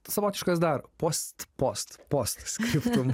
savotiškas dar post post post scriptum